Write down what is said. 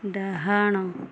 ଡାହାଣ